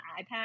iPad